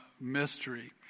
mystery